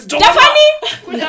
Stephanie